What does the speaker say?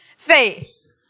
face